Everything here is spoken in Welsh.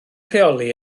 rheoli